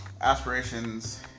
aspirations